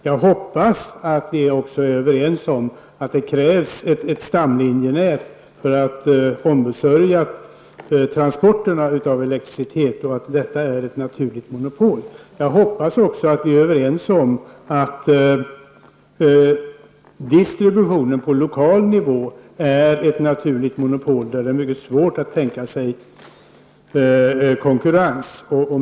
Jag hoppas att vi också är överens om att det krävs ett stamlinjenät för att ombesörja transporterna av elektricitet, och detta är ett naturligt monopol. Jag hoppas också att vi är överens om att distributionen på lokal nivå är ett naturligt monopol där det är mycket svårt att tänka sig konkurrens.